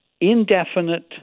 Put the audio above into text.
indefinite